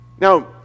Now